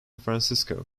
francisco